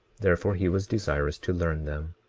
therefore he was desirous to learn them.